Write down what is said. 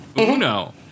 Uno